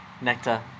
Nectar